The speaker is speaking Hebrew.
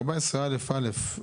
בסעיף 14א(א),